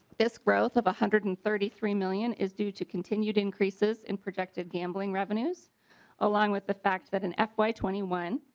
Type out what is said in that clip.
this growth of a one hundred and thirty three million is due to continued increases in protected gambling revenues along with the fact that an f y twenty one.